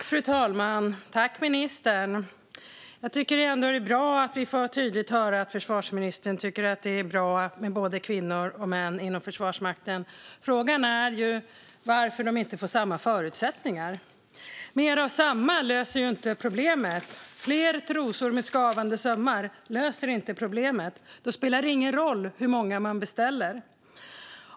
Fru talman och ministern! Jag tycker ändå att det är bra att vi tydligt får höra att försvarsministern tycker att det är bra med både kvinnor och män inom Försvarsmakten. Frågan är varför de inte får samma förutsättningar. Mer av samma löser inte problemet. Fler trosor med skavande sömmar löser inte problemet; då spelar det ingen roll hur många man beställer.